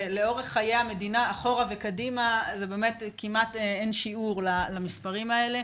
ולאורך חיי המדינה אחורה וקדימה כמעט אין שיעור למספרים האלה.